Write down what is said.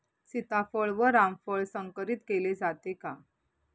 सीताफळ व रामफळ संकरित केले जाते का?